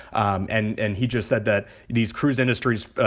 um and and he just said that these cruise industries,